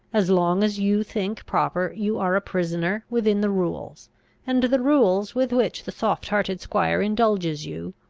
as long as you think proper, you are a prisoner within the rules and the rules with which the soft-hearted squire indulges you,